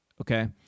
Okay